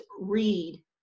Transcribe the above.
read